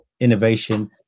innovation